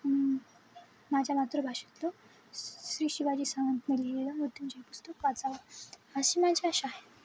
माझ्या मातृभाषेतलं श्री शिवाजी सावंत लिहिलेलं मृत्युंजय पुस्तक वाचावं अशी माझी अशा आहे